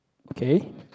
okay